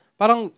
parang